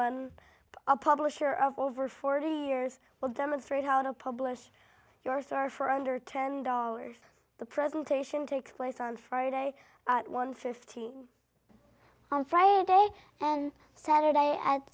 learn a publisher of over forty years will demonstrate how to publish your star for under ten dollars the presentation takes place on friday at one fifty on friday and saturday at